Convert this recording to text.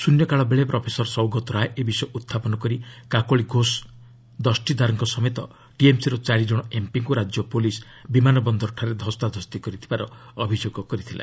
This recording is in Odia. ଶ୍ଚନ୍ୟକାଳ ବେଳେ ପ୍ରଫେସର ସୌଗତ ରୟ ଏ ବିଷୟ ଉତ୍ଥାପନ କରି କାକୋଳି ଘୋଷ ଦକ୍ଟିଦାର୍କ ସମେତ ଟିଏମ୍ସି ର ଚାରିଜଣ ଏମ୍ପିଙ୍କୁ ରାଜ୍ୟ ପୁଲିସ୍ ବିମାନ ବନ୍ଦର ଠାରେ ଧସ୍ତାଧସ୍ତି କରିଥିବାର ଅଭିଯୋଗ କରିଥିଲେ